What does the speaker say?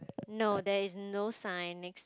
no there is no sign next